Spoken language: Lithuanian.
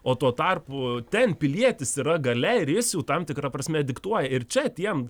o tuo tarpu ten pilietis yra galia ir jis jau tam tikra prasme diktuoja ir čia tiem